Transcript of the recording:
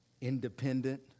Independent